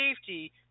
safety